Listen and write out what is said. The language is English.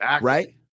right